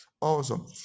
Awesome